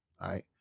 right